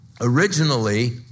Originally